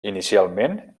inicialment